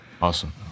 Awesome